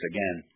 Again